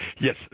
Yes